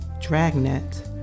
Dragnet